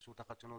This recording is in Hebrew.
רשות החדשנות,